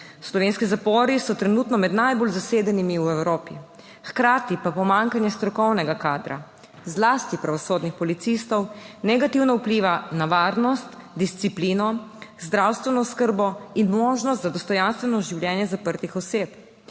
Slovenski zapori so trenutno med najbolj zasedenimi v Evropi, hkrati pa pomanjkanje strokovnega kadra, zlasti pravosodnih policistov, negativno vpliva na varnost, disciplino, zdravstveno oskrbo in možnost za dostojanstveno življenje zaprtih oseb.